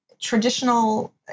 traditional